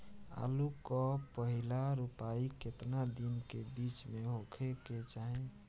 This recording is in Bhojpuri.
आलू क पहिला रोपाई केतना दिन के बिच में होखे के चाही?